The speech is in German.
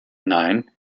nein